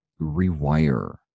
rewire